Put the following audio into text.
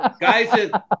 Guys